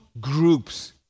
groups